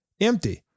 empty